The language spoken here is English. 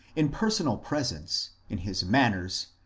in personal presence, in his manners,